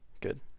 Good